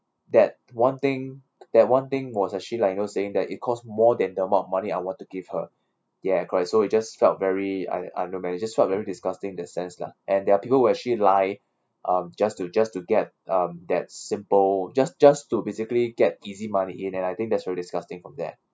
that one thing that one thing was actually like you know saying that it costs more than the amount of money I want to give her ya correct so it just felt very like under-managed that's what very disgusting in that sense lah and there are people who actually lie um just to just to get um that simple just just to basically get easy money in and I think that's very disgusting from there